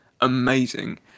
amazing